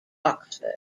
oxford